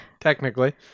Technically